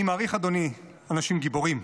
אני מעריך, אדוני, אנשים גיבורים,